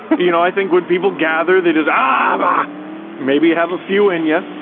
you know, i think when people gather they just ah maybe have a few in yeah